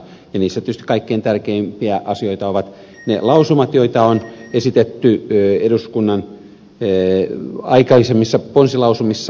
niistä tietysti kaikkein tärkeimpiä asioita ovat ne lausumat joita on esitetty eduskunnan aikaisemmissa ponsilausumissa